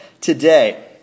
today